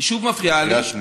קריאה שנייה.